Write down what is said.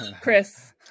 Chris